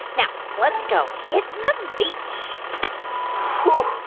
now, let's go hit the beach whoo.